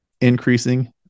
increasing